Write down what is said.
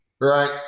right